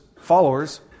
followers